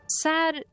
sad